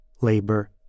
labor